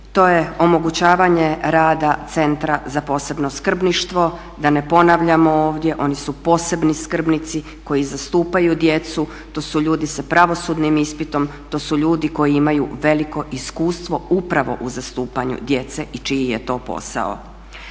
To je omogućavanje rada Centra za posebno skrbništvo, da ne ponavljamo ovdje oni su posebni skrbnici koji zastupaju djecu, to su ljudi sa pravosudnim ispitom, to su ljudi koji imaju veliko iskustvo upravo u zastupanju djece i čiji je to posao.